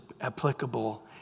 applicable